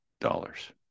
dollars